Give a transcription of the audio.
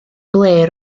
ble